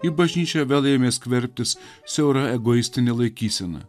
į bažnyčią vėl ėmė skverbtis siaura egoistinė laikysena